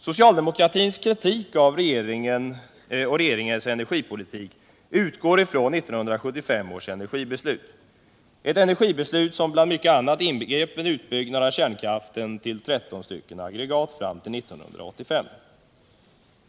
Socialdemokratins kritik av regeringen och dess energipolitik utgår från 1975 års energibeslut — ett beslut som bland mycket annat inbegrep en utbyggnad av kärnkraften till 13 aggregat fram till 1985.